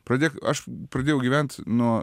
pradėk aš pradėjau gyvent nuo